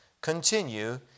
continue